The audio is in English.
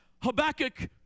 Habakkuk